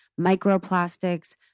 microplastics